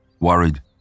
Worried